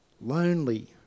lonely